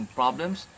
problems